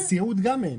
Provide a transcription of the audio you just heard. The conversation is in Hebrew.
לסיעוד גם אין.